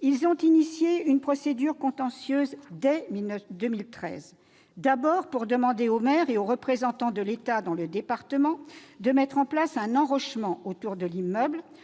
Ils ont engagé une procédure contentieuse dès 2013, d'abord pour demander au maire et aux représentants de l'État dans le département de mettre en place un enrochement autour de l'immeuble.